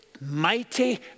mighty